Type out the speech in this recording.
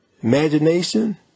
imagination